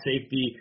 safety